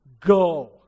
Go